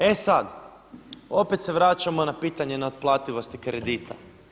E sad, opet se vraćamo na pitanje ne otplativosti kredita.